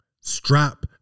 Strap